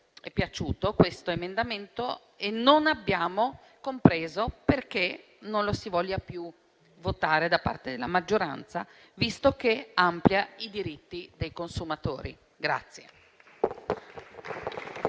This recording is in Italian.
è piaciuto e non abbiamo compreso perché non lo si voglia più votare da parte della maggioranza, visto che amplia i diritti dei consumatori.